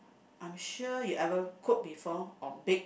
I'm sure you ever cook before or bake